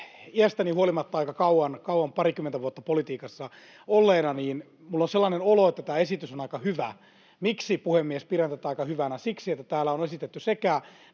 iästäni huolimatta aika kauan, parikymmentä vuotta, politiikassa olleena minulla on sellainen olo, että tämä esitys on aika hyvä. Miksi, puhemies, pidän tätä aika hyvänä? Siksi, että täällä on esitetty